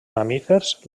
mamífers